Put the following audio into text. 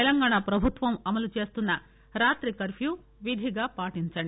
తెలంగాణ ప్రభుత్వం అమలుచేస్తున్న రాత్రి కర్ఫ్యూ విధిగా పాటించండి